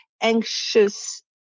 anxious